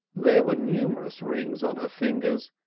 there were numerous rings on her fingers,